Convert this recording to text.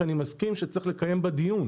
שאני מסכים שצריך לקיים בה דיון.